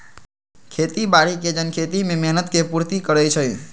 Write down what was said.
खेती बाड़ी के जन खेती में मेहनत के पूर्ति करइ छइ